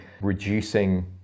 reducing